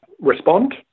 respond